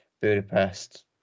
Budapest